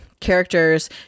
characters